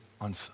on